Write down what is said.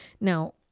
Now